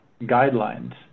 guidelines